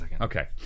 okay